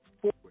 forward